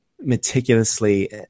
meticulously